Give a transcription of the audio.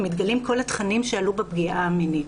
מתגלים כל התכנים שעלו בפגיעה המינית.